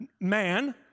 man